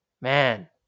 man